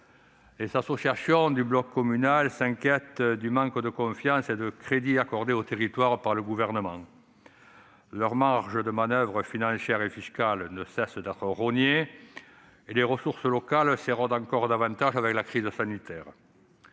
Les associations d'élus du bloc communal s'inquiètent du manque de confiance et de la faiblesse des crédits accordés aux territoires par le Gouvernement. Leurs marges de manoeuvre financières et fiscales ne cessent d'être rognées et les ressources locales s'érodent encore davantage avec la crise sanitaire.